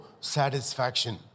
satisfaction